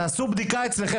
תעשו בדיקה אצלכם.